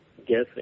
guessing